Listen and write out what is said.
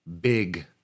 big